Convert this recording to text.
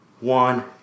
one